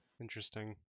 interesting